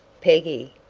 peggy,